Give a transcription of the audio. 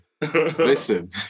listen